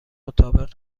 مطابق